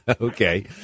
Okay